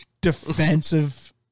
defensive